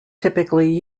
typically